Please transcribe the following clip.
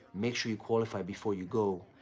make sure you qualify before you go.